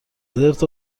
زرت